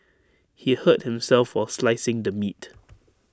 he hurt himself while slicing the meat